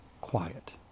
quiet